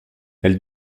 elle